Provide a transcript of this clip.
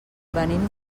venim